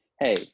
Hey